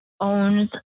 owns